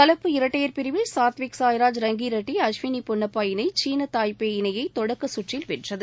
கலப்பு இரட்டையர் பிரிவில் சாத்விக்சாய்ராஜ் ராங்கிரெட்டி அஸ்வினி பொன்னப்பா இணை சீன தைபேயி இணையை தொடக்கச்சுற்றில் வென்றது